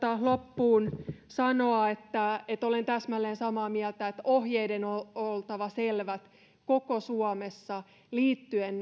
loppuun sanoa että että olen täsmälleen samaa mieltä että ohjeiden on oltava selvät koko suomessa liittyen